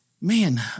man